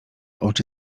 oczy